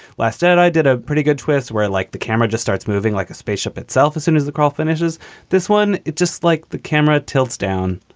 last night i did a pretty good twist where i like the camera just starts moving like a spaceship itself as soon as the call finishes this one. it's just like the camera tilts down.